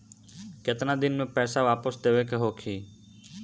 केतना दिन में पैसा वापस देवे के होखी?